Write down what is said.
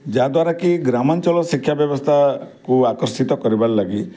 ଯାହାଦ୍ୱାରା କି ଗ୍ରାମାଞ୍ଚଳ ଶିକ୍ଷା ବ୍ୟବସ୍ଥାକୁ ଆକର୍ଷିତ କରିବାର୍ ଲାଗି